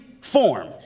form